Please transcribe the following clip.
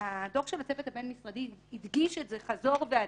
הדוח של הצוות הבין-משרדי הדגיש את זה חזור והדגש.